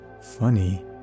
funny